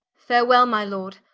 farewell my lord,